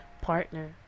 partner